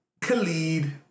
Khalid